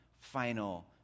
final